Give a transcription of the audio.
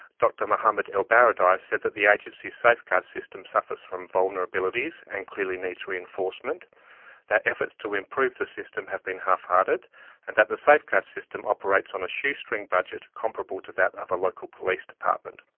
dr. mohamed el baradei said that the agency's safeguards system suffers from vulnerabilities and clearly needs reinforcement that efforts to improve the system have been half-hearted and that the safeguards system operates on a shoestring budget. comparable to that of a local police department.